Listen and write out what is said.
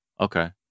okay